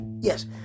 Yes